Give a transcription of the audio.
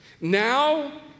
Now